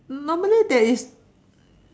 normally there is